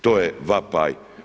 To je vapaj.